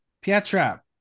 Pietra